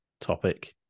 topic